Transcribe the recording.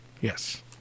yes